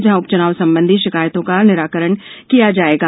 जहां उपचुनाव संबंधी शिकायतों का निराकरण किया जायेगा